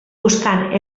buscant